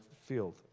field